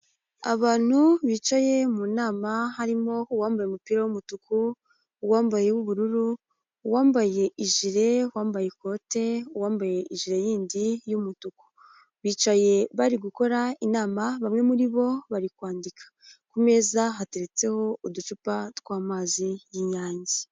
Abantu bicaye mu nama harimo uwambaye umupira w'umutuku, uwambaye uw'ubururu, uwambaye ijire. uwambaye ikote, uwambaye ijire y'indi y'umutuku, bicaye bari gukora inama bamwe muri bo bari kwandika ku meza hateretseho uducupa tw'amazi y'Inyange.